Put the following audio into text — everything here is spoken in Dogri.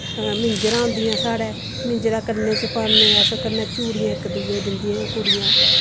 मिंजरां होंदियां साढ़ै मिंजरां कन्ने च पान्ने अस कन्नै चूड़ियां इक दुए दिन्दियां कुड़ियां